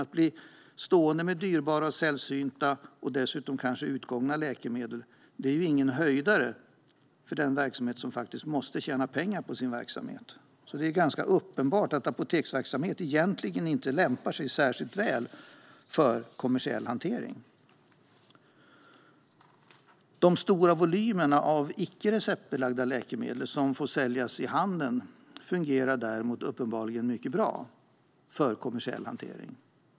Att bli stående med dyrbara, sällsynta och dessutom kanske utgångna läkemedel är ingen höjdare för den som måste tjäna pengar på sin verksamhet. Det är ganska uppenbart att apoteksverksamhet egentligen inte lämpar sig särskilt väl för kommersiell hantering. De stora volymerna av icke receptbelagda läkemedel som får säljas i handeln fungerar däremot uppenbarligen mycket bra för kommersiell hantering.